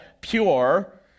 pure